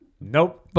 Nope